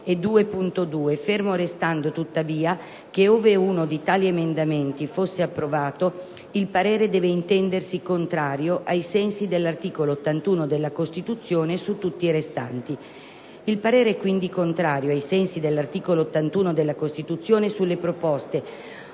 2.2, fermo restando tuttavia che, ove uno di tali emendamenti fosse approvato, il parere deve intendersi contrario, ai sensi dell'articolo 81 della Costituzione su tutti i restanti. Il parere è quindi contrario, ai sensi dell'articolo 81 della Costituzione, sulle proposte